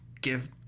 give